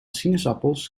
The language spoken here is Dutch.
sinaasappels